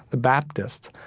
the baptists,